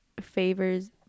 favors